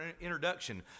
introduction